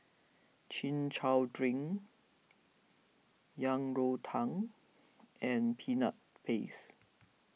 Chin Chow Drink Yang Rou Tang and Peanut Paste